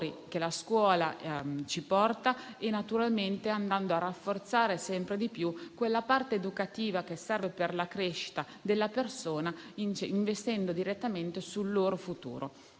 che la scuola ci porta e, naturalmente, andando a rafforzare sempre di più quella parte educativa che serve per la crescita della persona, investendo direttamente sul loro futuro.